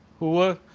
who were